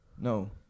no